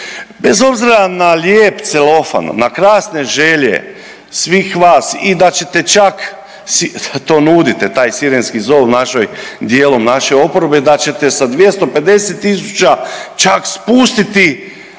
Bez obzira na lijep celofan, na krasne želje svih vas i da ćete čak to nudite taj sirenski zov našoj dijelom naše oporbe da ćete sa 250.000 čak spustiti